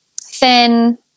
thin